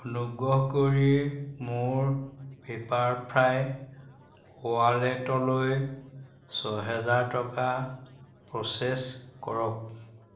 অনুগ্ৰহ কৰি মোৰ পেপাৰফ্ৰাই ৱালেটলৈ ছহেজাৰ টকা প্ৰ'চেছ কৰক